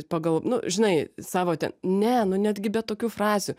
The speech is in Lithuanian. pagal nu žinai savo ten ne nu netgi be tokių frazių